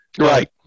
Right